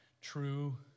true